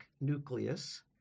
nucleus